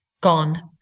gone